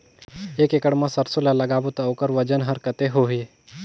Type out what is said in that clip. एक एकड़ मा सरसो ला लगाबो ता ओकर वजन हर कते होही?